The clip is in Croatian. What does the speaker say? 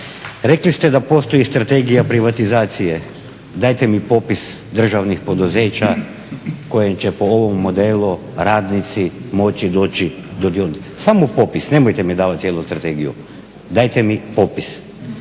Rekli ste da postoji i Strategija privatizacije, dajte mi popis državnih poduzeća koje će po ovom modelu radnici moći doći do dionica. Samo popis, nemojte mi davati cijelu strategiju, dajte mi popis.